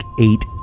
eight